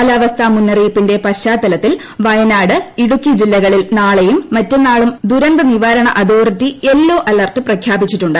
കാലാവസ്ഥ ് മുന്നറിയിപ്പിന്റെ പശ്ചാത്തലത്തിൽ വയനാട് ഇടുക്കി ജില്ലകളിൽ നാളെയും മറ്റെന്നാളും ദുരന്ത നിവാരണ അതോറിറ്റി യെല്ലോ അലർട്ട് പ്രഖ്യാപിച്ചിട്ടുണ്ട്